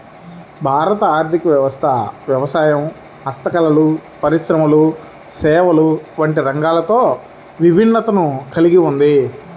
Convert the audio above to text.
భారత ఆర్ధిక వ్యవస్థ వ్యవసాయం, హస్తకళలు, పరిశ్రమలు, సేవలు వంటి రంగాలతో విభిన్నతను కల్గి ఉంది